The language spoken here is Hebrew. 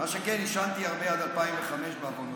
מה שכן, עישנתי הרבה עד 2005, בעוונותיי.